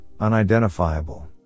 unidentifiable